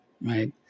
right